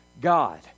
God